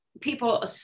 people